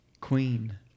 Queen